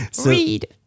Read